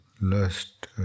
lust